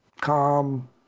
calm